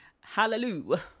Hallelujah